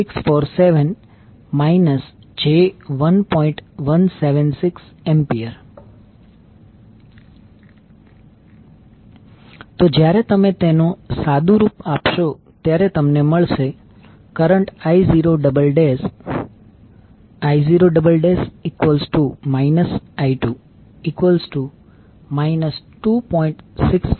176A તો જયારે તમે તેનું સાદુંરૂપ આપશો ત્યારે તમને મળશે કરંટ I0 I0 I2 2